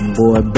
boy